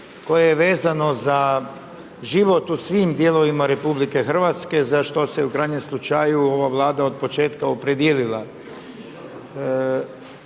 koje je vezano za život u svim dijelovima RH za što se u krajnjem slučaju ova Vlada od početka opredijelila.